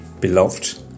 Beloved